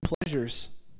pleasures